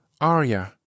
Arya